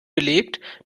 belegt